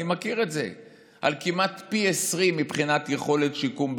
אני מכיר את זה: זה כמעט פי 20 מבחינת יכולת שיקום,